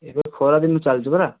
ଏବେ ଖରା ଦିନ ଚାଲିଛି ପରା